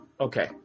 Okay